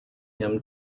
him